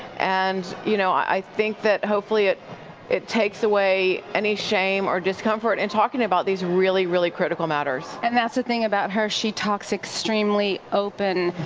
and you know i think that hopefully it it takes away any shame or discomfort in and talking about these really, really critical matters. and that's the thing about her. she talks extremely open.